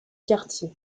quartier